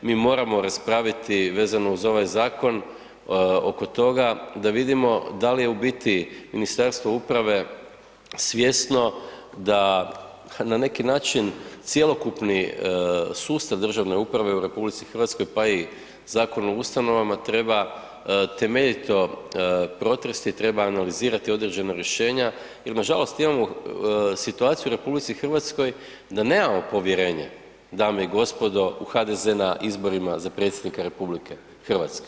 Mi moramo raspraviti vezano uz ovaj zakon oko toga da vidimo da li je u biti i Ministarstvo uprave svjesno da na neki način cjelokupni sustav državne uprave u RH, pa i Zakon o ustanovama treba temeljito protresti, treba analizirati određena rješenja jer nažalost imamo situaciju u RH da nemamo povjerenje, dame i gospodo u HDZ na izborima za predsjednika RH.